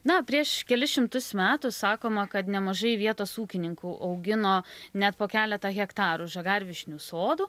na prieš kelis šimtus metų sakoma kad nemažai vietos ūkininkų augino net po keletą hektarų žagarvyšnių sodų